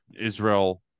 Israel